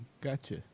gotcha